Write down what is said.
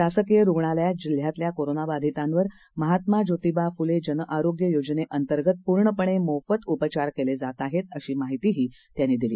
शासकीय रुग्णालयात जिल्ह्यातल्या कोरोनाबाधितांवर महात्मा ज्योतिबा फुले जनआरोग्य योजनेअंतर्गत पूर्णपणे मोफत उपचार केले जात आहेत अशी माहितीही त्यांनी दिली